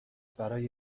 برای